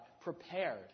prepared